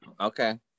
okay